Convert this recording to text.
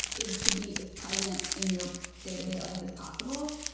is to be as present in your day-to-day life as possible.